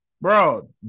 Bro